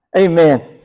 Amen